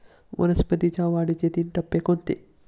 वनस्पतींच्या वाढीचे तीन टप्पे कोणते?